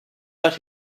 but